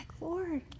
Lord